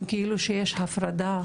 כאילו שיש הפרדה.